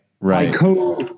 Right